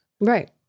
Right